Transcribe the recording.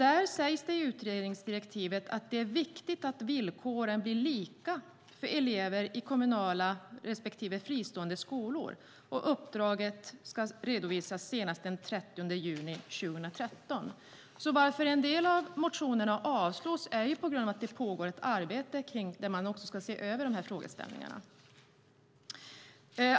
Där sägs det i utredningsdirektivet att det är viktigt att villkoren blir lika för elever i kommunala respektive fristående skolor. Uppdraget ska redovisas senast den 30 juni 2013. En del av motionerna avstyrks på grund av att det pågår ett arbete med att se över frågeställningarna.